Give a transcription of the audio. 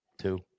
Two